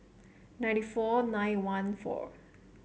ninety four nine one four